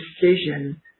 decision –